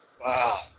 Wow